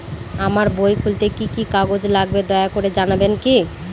আমার বই খুলতে কি কি কাগজ লাগবে দয়া করে জানাবেন কি?